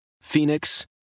Phoenix